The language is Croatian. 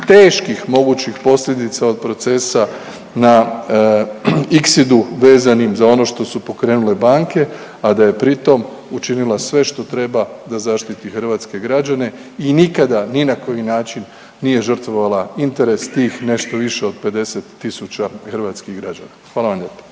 teških mogućih posljedica od procesa na ICSID-u vezanim za ono što su pokrenule banke a da je pritom učinila sve što treba da zaštiti hrvatske građane i nikada ni na koji način nije žrtvovala interes tih nešto više od 50000 hrvatskih građana. Hvala vam lijepa.